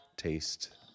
Taste